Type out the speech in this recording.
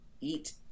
eat